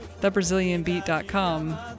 thebrazilianbeat.com